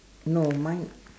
no mine